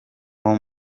nko